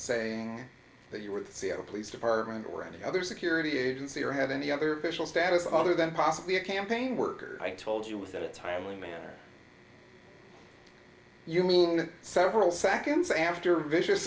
saying that you were the seattle police department or any other security agency or have any other official status other than possibly a campaign worker i told you with a timely manner you mean several seconds after vicious